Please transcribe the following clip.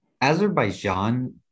Azerbaijan